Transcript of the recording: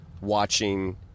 watching